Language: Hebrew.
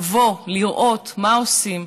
לבוא לראות מה עושים,